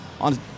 On